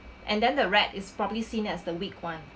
and then the rat is probably seen as the weak [one]